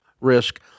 risk